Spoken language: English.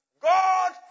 God